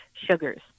sugars